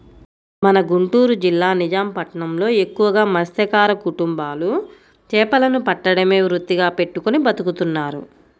మన గుంటూరు జిల్లా నిజాం పట్నంలో ఎక్కువగా మత్స్యకార కుటుంబాలు చేపలను పట్టడమే వృత్తిగా పెట్టుకుని బతుకుతున్నారు